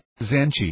Zanchi